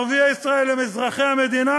ערביי ישראל הם אזרחי המדינה